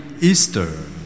Easter